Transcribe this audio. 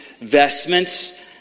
vestments